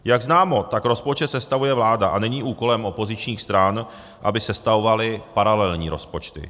Jak známo, tak rozpočet sestavuje vláda a není úkolem opozičních stran, aby sestavovaly paralelní rozpočty.